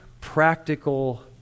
practical